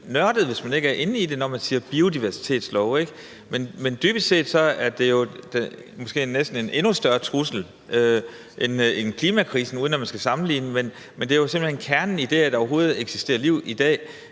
nørdet, hvis man ikke er inde i det, når man siger biodiversitetslov. Men dybest set er det måske næsten en endnu større trussel end klimakrisen, uden at man skal sammenligne. Men det er jo simpelt hen kernen i det, at der overhovedet eksisterer liv i dag,